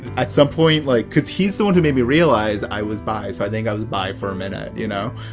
at some point, like cause he's the one who made me realize i was bi. so i think i was bi for a minute, you know?